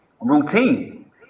routine